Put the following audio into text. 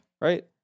Right